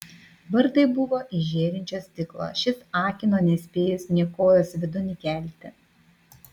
vartai buvo iš žėrinčio stiklo šis akino nespėjus nė kojos vidun įkelti